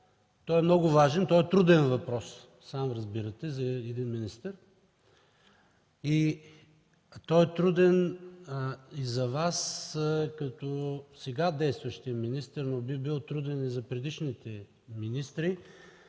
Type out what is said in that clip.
Той е много важен, труден въпрос, сам разбирате, за един министър. Той е труден и за Вас като сега действащ министър, но би бил труден и за предишните министри,